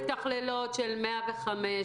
המתכללות של 105,